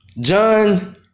John